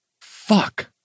Fuck